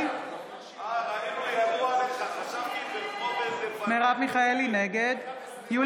אה, ראינו, ירו עליך, חשבתי, ירו עליו, ובגדול,